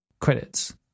credits